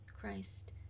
Christ